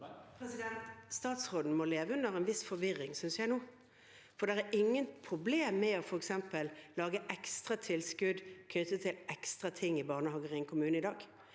Statsråden må leve i en viss forvirring, synes jeg nå, for det er ingen problem med f.eks. å lage ekstra tilskudd knyttet til ekstra ting i barnehager i en kommune i dag.